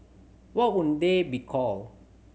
what would they be called